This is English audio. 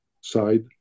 side